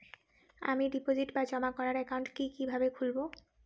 আমি ডিপোজিট বা জমা করার একাউন্ট কি কিভাবে খুলবো?